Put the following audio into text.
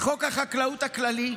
חוק החקלאות הכללי,